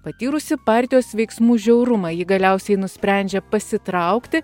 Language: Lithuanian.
patyrusi partijos veiksmų žiaurumą ji galiausiai nusprendžia pasitraukti